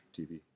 TV